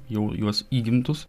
jau juos įgimtus